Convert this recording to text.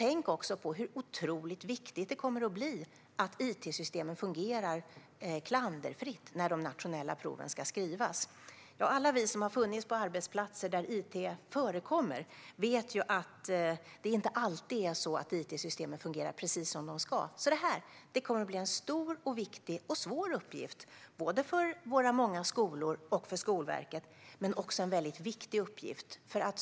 Tänk också på hur otroligt viktigt det kommer att vara att it-systemen fungerar klanderfritt när de nationella proven ska skrivas. Alla vi som har funnits på arbetsplatser där it används vet att it-systemen inte alltid fungerar precis som de ska. Det här kommer alltså att bli en stor och svår uppgift, för våra många skolor och för Skolverket. Men det är också en viktig uppgift.